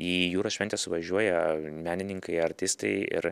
į jūros šventę suvažiuoja menininkai artistai ir